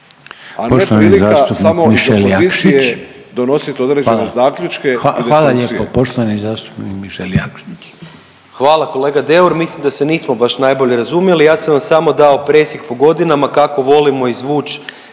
Poštovani zastupnik Mišel Jakšić. **Jakšić, Mišel (SDP)** Hvala kolega Deur, mislim da se nismo baš najbolje razumjeli. Ja sam vam samo dao presjek po godinama, kako volimo izvuč